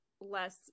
less